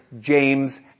James